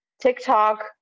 tiktok